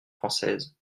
françaises